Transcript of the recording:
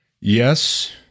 Yes